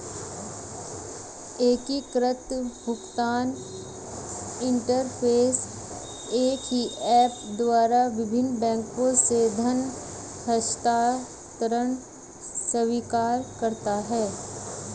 एकीकृत भुगतान इंटरफ़ेस एक ही ऐप द्वारा विभिन्न बैंकों से धन हस्तांतरण स्वीकार करता है